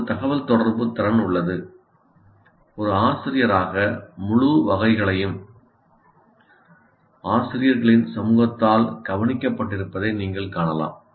ஒரு தகவல்தொடர்பு திறன் உள்ளது ஒரு ஆசிரியராக முழு வகைகளையும் மிகவும் மோசமானது முதல் மிகச் சிறந்தது வரை ஆசிரியர்களின் சமூகத்தால் கவனிக்கப்பட்டிருப்பதை நீங்கள் காணலாம்